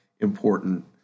important